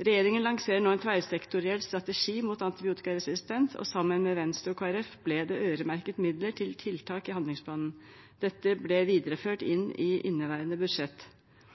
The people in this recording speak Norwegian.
Regjeringen lanserer nå en tverrsektoriell strategi mot antibiotikaresistens, og sammen med Venstre og Kristelig Folkeparti ble det øremerket midler til tiltak i handlingsplanen. Dette ble videreført inn i inneværende budsjett.